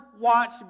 watch